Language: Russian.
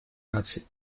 наций